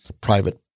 private